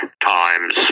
times